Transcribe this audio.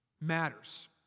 matters